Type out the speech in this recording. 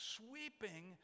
sweeping